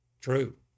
True